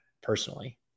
personally